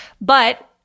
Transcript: But-